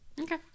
Okay